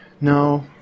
no